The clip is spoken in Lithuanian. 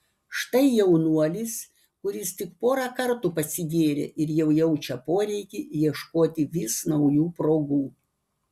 štai jaunuolis kuris tik porą kartų pasigėrė ir jau jaučia poreikį ieškoti vis naujų progų